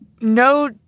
no